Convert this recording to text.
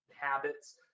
habits